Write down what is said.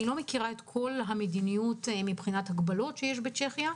אני לא מכירה את כל המדיניות מבחינת הגבלות שיש בצ'כיה,